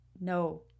No